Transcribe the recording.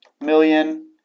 million